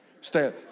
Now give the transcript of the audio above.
stay